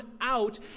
out